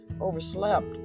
overslept